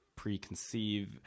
preconceive